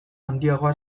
handiagoa